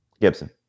Gibson